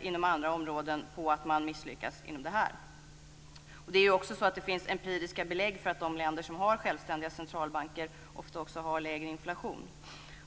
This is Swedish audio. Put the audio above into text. inom andra områden på att man misslyckas inom det här. Det är också så att det finns empiriska belägg för att de länder som har självständiga centralbanker ofta också har lägre inflation.